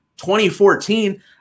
2014